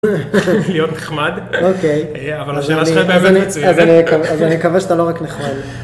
להיות נחמד, אבל השאלה שלך היא באמת מצוינת. אז אני אקווה שאתה לא רק נחמד.